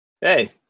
Hey